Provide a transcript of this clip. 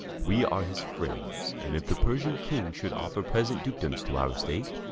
we are his friends and, if the persian king should offer present dukedoms to our state,